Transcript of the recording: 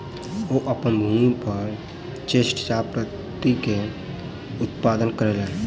ओ अपन भूमि पर श्वेत चाह पत्ती के उत्पादन कयलैन